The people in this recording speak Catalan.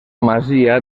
masia